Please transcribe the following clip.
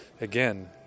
again